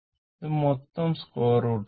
ഇത് മൊത്തം square root ആണ്